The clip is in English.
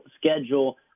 schedule